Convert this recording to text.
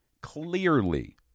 clearly